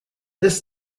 this